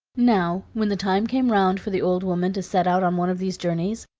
now, when the time came round for the old woman to set out on one of these journeys,